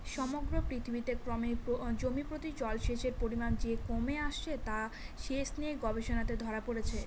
সমগ্র পৃথিবীতে ক্রমে জমিপ্রতি জলসেচের পরিমান যে কমে আসছে তা সেচ নিয়ে গবেষণাতে ধরা পড়েছে